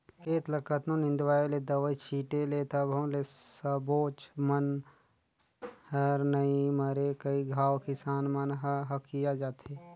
खेत ल कतनों निंदवाय ले, दवई छिटे ले तभो ले सबोच बन हर नइ मरे कई घांव किसान मन ह हकिया जाथे